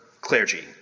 clergy